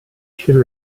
should